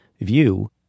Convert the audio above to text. view